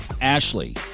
Ashley